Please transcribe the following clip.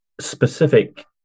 specific